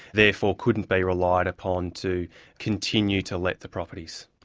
therefore couldn't be relied upon to continue to let the properties.